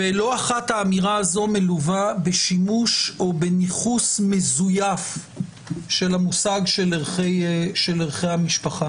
לא אחת האמירה הזו מלווה בשימוש או בניכוס מזויף של מושג ערכי המשפחה,